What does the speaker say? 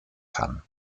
kann